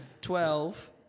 twelve